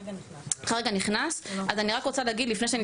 כרגע נכנס, אז אני רק רוצה להגיד לפני שאני